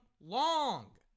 long